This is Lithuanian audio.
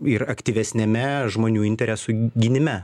ir aktyvesniame žmonių interesų gynime